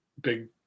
big